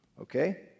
okay